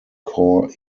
core